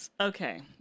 Okay